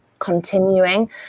Continuing